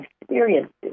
experiences